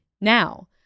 Now